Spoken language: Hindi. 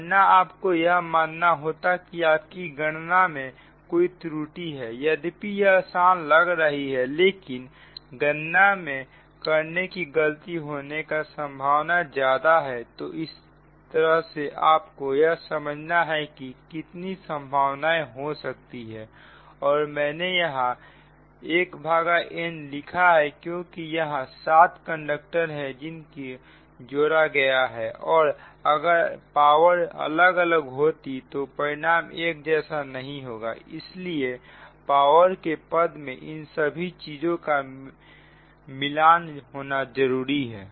वरना आपको यह मानना होता कि आप की गणना में कोई त्रुटि है यद्यपि यह आसान लग रही है लेकिन गणना में करने की गलती होने की संभावना ज्यादा है तो इस तरह से आपको यह समझना है कि कितनी संभावनाएं हो सकती है और मैंने यहां 1n लिखा है क्योंकि यहां 7 कंडक्टर है जिन को जोड़ा गया है और अगर पावर अलग अलग होंगी तो परिमाप एक जैसी नहीं होगा इसलिए पावर के पद में इन सभी चीजों का मिलान होना जरूरी है